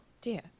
dear